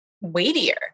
weightier